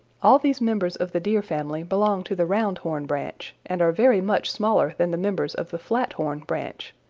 all these members of the deer family belong to the round-horn branch, and are very much smaller than the members of the flat-horn branch.